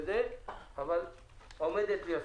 אבל עומדת לי הזכות.